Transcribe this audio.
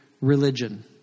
religion